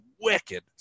wicked